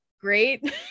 great